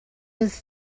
was